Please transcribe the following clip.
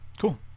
Cool